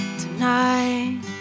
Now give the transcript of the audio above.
tonight